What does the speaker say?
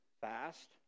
fast